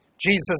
Jesus